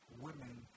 women